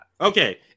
Okay